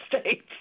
States